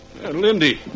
Lindy